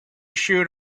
shoot